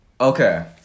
okay